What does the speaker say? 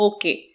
Okay